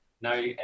no